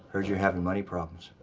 heard you're having money problems.